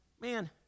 Man